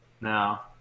now